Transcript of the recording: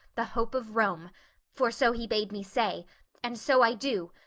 the hope of rome for so he bid me say and so i do,